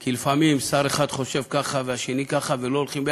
כי לפעמים שר אחד חושב ככה והשני ככה ולא הולכים ביחד,